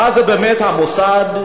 ואז באמת המוסד,